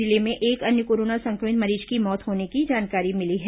जिले में एक अन्य कोरोना सं क्र मित मरीज की मौत होने की जानकारी मिली है